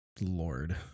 Lord